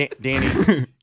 Danny